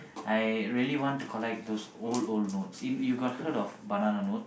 I really want to collect those old old notes you got heard of banana notes